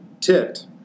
tipped